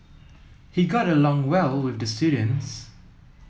he got along well with the students